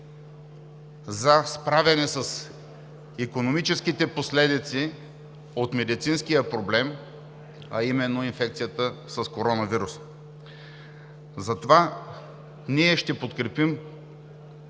за справяне с икономическите последици от медицинския проблем, а именно инфекцията коронавирус. Затова ние ще подкрепим